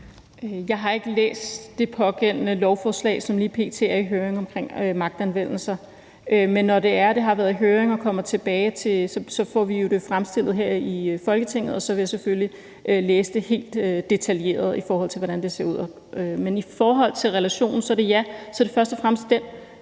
Jeg har ikke læst det pågældende lovforslag omkring magtanvendelser, som lige p.t. er i høring. Men når det er, at det har været i høring og kommer tilbage, får vi det jo fremstillet her i Folketinget, og så vil jeg selvfølgelig læse det helt detaljeret, i forhold til hvordan det ser ud. I forhold til relationen er svaret, at ja, så er det først og fremmest dén,